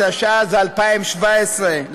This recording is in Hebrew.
התשע"ז 2017,